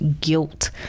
guilt